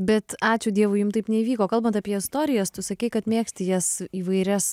bet ačiū dievui jum taip neįvyko kalbant apie istorijas tu sakei kad mėgsti jas įvairias